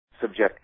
subjective